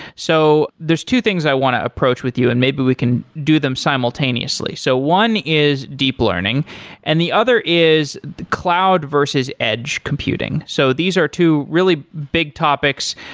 so there's two things i want to approach with you and maybe we can do them simultaneously. so one is deep learning and the other is the cloud versus edge computing so these are two really big topics.